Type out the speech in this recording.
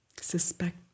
suspect